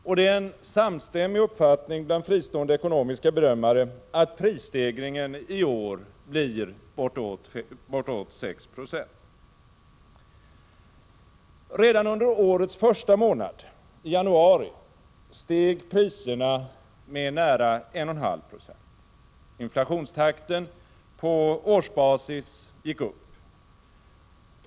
Och det är en samstämmig uppfattning bland fristående ekonomiska bedömare att prisstegringen i år blir bortåt 6 96. Redan under årets första månad, i januari, steg priserna med nära 1,5 9. Inflationstakten på årsbasis ökade.